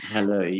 Hello